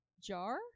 Jar